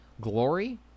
glory